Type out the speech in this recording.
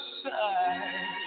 side